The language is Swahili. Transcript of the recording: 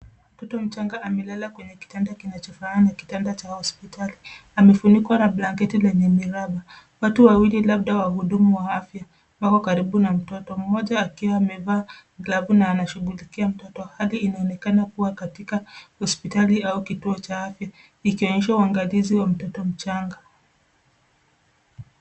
Mtoto mchanga amelala kwenye kitanda kinachofanana na kitandacha hospitali. Amefunikwa na blanketi lenye miraba. Watu wawili labda wahudumu wa afya wako karibu na mtoto. Mmoja akiwa amevaa glavu na anashughulikia mtoto .Hali inaonekana kuwa katika hospitali au kituo cha afya ikionyesha uangalizi wa mtoto mchanga.